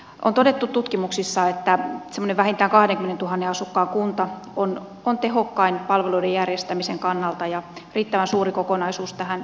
on todettu tutkimuksissa että se vähentää kahden tuhannen asukkaan kunta on on tehokkain palveluiden järjestämisen kannalta ja riittävän suuri kokonaisuus tähän